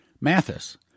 Mathis